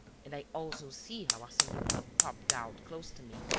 and i also see how arsene lupin popped out close to me,